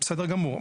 בסדר גמור,